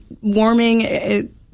warming